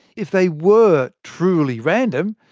if they were truly random,